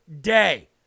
day